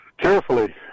Carefully